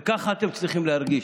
וככה אתם צריכים להרגיש: